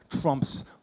trumps